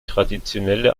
traditionelle